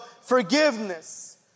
forgiveness